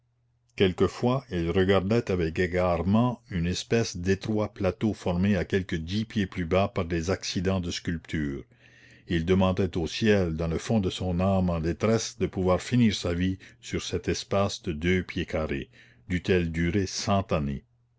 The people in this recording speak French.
quelquefois il regardait avec égarement une espèce d'étroit plateau formé à quelque dix pieds plus bas par des accidents de sculpture et il demandait au ciel dans le fond de son âme en détresse de pouvoir finir sa vie sur cet espace de deux pieds carrés dût-elle durer cent années